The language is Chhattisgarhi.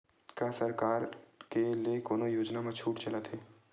का सरकार के ले कोनो योजना म छुट चलत हे?